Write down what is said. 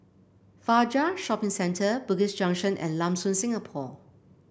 Fajar Shopping Centre Bugis Junction and Lam Soon Singapore